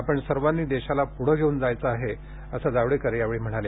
आपण सर्वांनी देशाला पुढे घेऊन जायचे आहे असं जावडेकर यावेळी म्हणाले